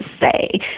say